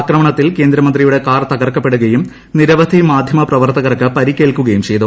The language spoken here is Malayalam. ആക്രമണത്തിൽ കേന്ദ്രമന്ത്രിയുടെ കാർ തകർക്കപ്പെടുകയും നിരവധി മാധ്യമപ്രവർത്തകർക്ക് പരിക്കേൽക്കുകയും ചെയ്തു